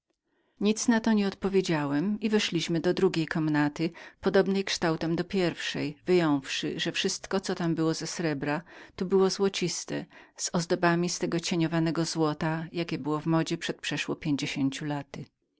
nic na to nieodpowiedziałem i weszliśmy do drugiej komnaty podobnej kształtem do pierwszej wyjąwszy że wszystko co tam ze srebra tu było złociste z ozdobami z tego cieniowanego złota jakie tak wysoko ceniono przed pięćdziesięcią laty